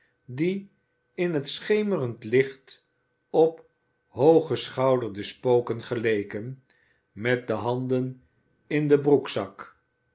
die in het schemerend licht op hooggeschouderde spoken geleken met de handen in den broekzak